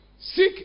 Seek